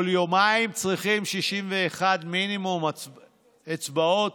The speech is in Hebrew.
כל יומיים צריכים 61 מינימום אצבעות